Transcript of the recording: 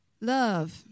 Love